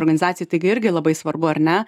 organizacijai taigi irgi labai svarbu ar ne